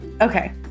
okay